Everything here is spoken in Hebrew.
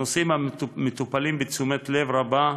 הנושאים מטופלים בתשומת לב רבה,